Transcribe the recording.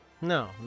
No